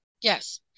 yes